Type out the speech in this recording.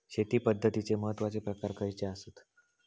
शेती पद्धतीचे महत्वाचे प्रकार खयचे आसत?